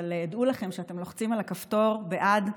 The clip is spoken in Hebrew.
אבל דעו לכם שכשאתם לוחצים על הכפתור בעד,